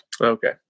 okay